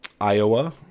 Iowa